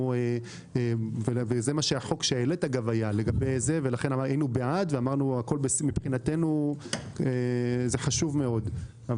זה החוק שהעלית היה ולכן היינו בעד ואמרנו שמבחינתנו זה חשוב מאוד.